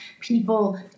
people